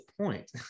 point